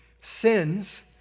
sins